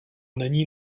není